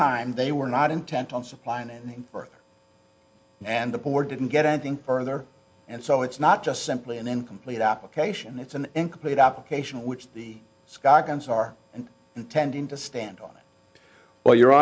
time they were not intent on supplying anything or and the board didn't get anything further and so it's not just simply an incomplete application it's an incomplete application which the scoggins are intending to stand on or your